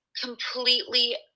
completely